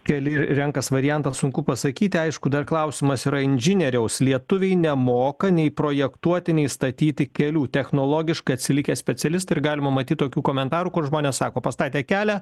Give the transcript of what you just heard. keli renkas variantą sunku pasakyti aišku dar klausimas yra inžinieriaus lietuviai nemoka nei projektuoti nei statyti kelių technologiškai atsilikę specialistai ir galima matyt tokių komentarų kur žmonės sako pastatė kelią